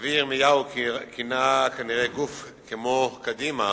הנביא ירמיהו כינה כנראה גוף כמו קדימה